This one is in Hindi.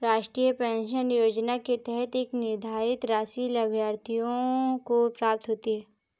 राष्ट्रीय पेंशन योजना के तहत एक निर्धारित राशि लाभार्थियों को प्राप्त होती है